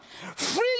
Free